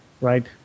right